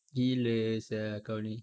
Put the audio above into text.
gila sia kau ni